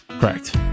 correct